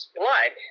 blood